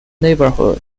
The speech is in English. neighborhood